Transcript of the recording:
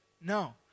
No